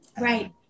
Right